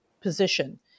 position